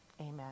amen